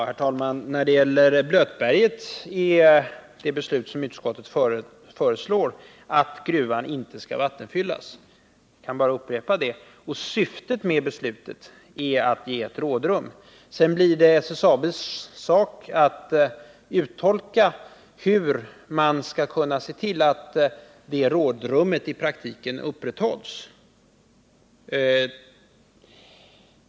Herr talman! När det gäller Blötberget är det beslut som utskottet föreslår att gruvan inte skall vattenfyllas. Jag kan bara upprepa det. Syftet med beslutet är att ge ett rådrum. Sedan blir det SSAB:s sak att uttolka hur man skall kunna se till att det rådrummet i praktiken utnyttjas.